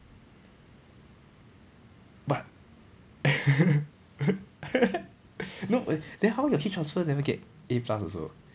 but no eh then how your heat transfer never get A plus also